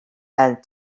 and